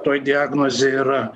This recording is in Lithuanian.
toj diagnozėj yra